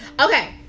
Okay